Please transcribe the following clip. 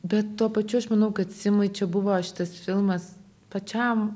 bet tuo pačiu aš manau kad simui čia buvo šitas filmas pačiam